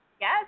Yes